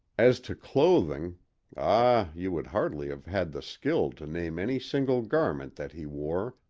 as to clothing ah, you would hardly have had the skill to name any single garment that he wore,